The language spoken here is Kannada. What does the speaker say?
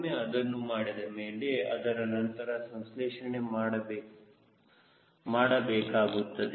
ಒಮ್ಮೆ ಅದನ್ನು ಮಾಡಿದ ಮೇಲೆ ಅದರ ನಂತರ ಸಂಶ್ಲೇಷಣೆ ಮಾಡಬೇಕಾಗುತ್ತದೆ